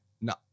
No